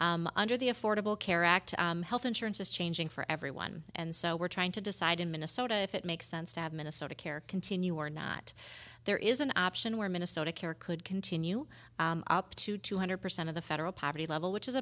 under the affordable care act health insurance is changing for everyone and so we're trying to decide in minnesota if it makes sense to have minnesota care continue or not there is an option where minnesota care could continue up to two hundred percent of the federal poverty level which is